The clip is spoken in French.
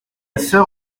soeur